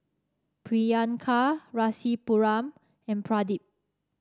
Priyanka Rasipuram and Pradip